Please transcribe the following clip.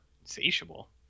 Insatiable